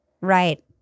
Right